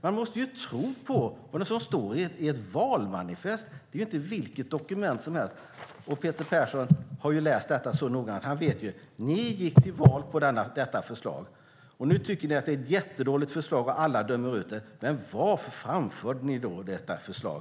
Man måste ju tro på det som står i ett valmanifest, för det är ju inte vilket dokument som helst. Peter Persson har läst det så noggrant att han vet att Socialdemokraterna gick till val på detta förslag. Nu tycker ni att det är ett jättedåligt förslag och alla dömer ut det. Men varför framförde ni då detta förslag?